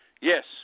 Yes